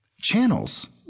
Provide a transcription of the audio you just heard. channels